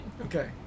Okay